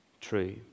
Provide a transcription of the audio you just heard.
true